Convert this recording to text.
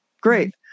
Great